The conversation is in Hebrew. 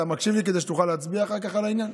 אתה מקשיב לי כדי שתוכל להצביע אחר כך על העניין?